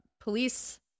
police